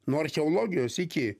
nuo archeologijos iki